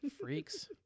Freaks